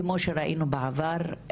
כמו שראינו בעבר,